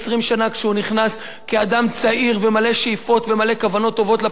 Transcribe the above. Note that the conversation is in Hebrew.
כשהוא נכנס כאדם צעיר ומלא שאיפות ומלא כוונות טובות לפוליטיקה.